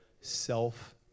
self